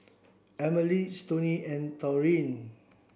Emmalee Stoney and Taurean